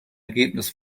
ergebnis